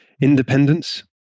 independence